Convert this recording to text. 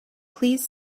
please